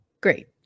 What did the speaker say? Great